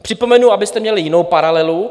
Připomenu, abyste měli jinou paralelu.